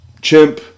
Chimp